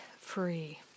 free